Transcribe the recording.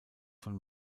von